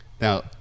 Now